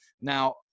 Now